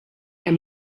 hemm